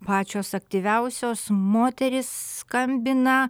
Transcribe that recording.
pačios aktyviausios moterys skambina